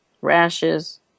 rashes